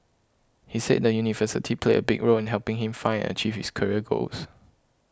he said the university played a big role in helping him find and achieve his career goals